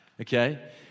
okay